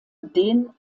den